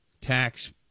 tax